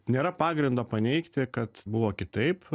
nėra pagrindo paneigti kad buvo kitaip